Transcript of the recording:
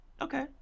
Okay